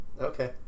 Okay